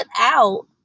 out